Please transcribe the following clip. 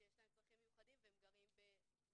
שיש להם צרכים מיוחדים והם גרים במועצות